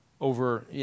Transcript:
Over